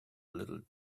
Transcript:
little